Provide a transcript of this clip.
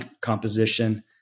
composition